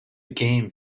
game